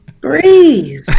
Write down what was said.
Breathe